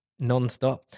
nonstop